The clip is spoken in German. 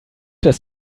das